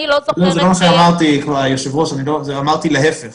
אני לא זוכרת שיש --- היושבת ראש, אמרתי להיפך